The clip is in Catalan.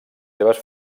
seves